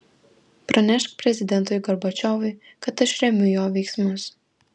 pranešk prezidentui gorbačiovui kad aš remiu jo veiksmus